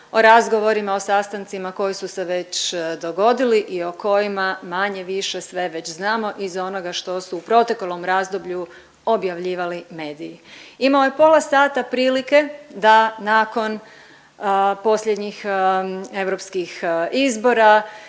o razgovorima o sastancima koji su se već dogodili i o kojima manje-više sve već znamo iz onoga što su u proteklom razdoblju objavljivali mediji. Imao je pola sata prilike da nakon posljednjih europskih izbora